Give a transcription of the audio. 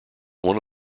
one